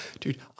Dude